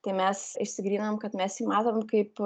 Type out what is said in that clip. tai mes išsigryninom kad mes jį matom kaip